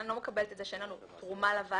אני לא מקבלת את זה שאין לנו תרומה לוועדה.